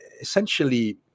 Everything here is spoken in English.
essentially